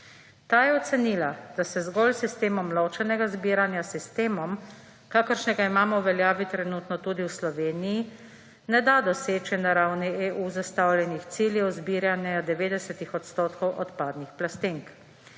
Ta je ocenila, da se zgolj s sistemom ločenega zbiranja, sistemom, kakršnega imamo v uveljavi trenutno tudi v Sloveniji, ne da doseči na ravni EU zastavljenih ciljev zbiranja 90 odstotkov odpadnih plastenk.